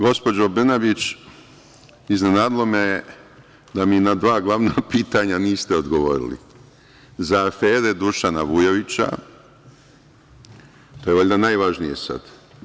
Gospođo Brnabić, iznenadilo me je da mi na dva glavna pitanja niste odgovorili, za afere Dušana Vujovića, to je valjda najvažnije sad.